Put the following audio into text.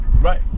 Right